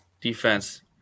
defense